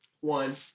One